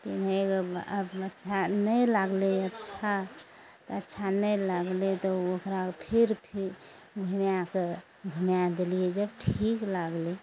पिन्हय बेरमे आब अच्छा नहि लागलइ अच्छा तऽ अच्छा नहि लागलइ तऽ ओकरा फिर फिर घुमाय कऽ घुमा देलियै जब ठीक लागलइ